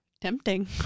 Tempting